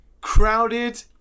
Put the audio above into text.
crowded